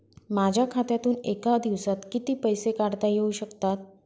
माझ्या खात्यातून एका दिवसात किती पैसे काढता येऊ शकतात?